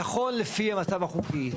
נכון לפי המצב החוקי,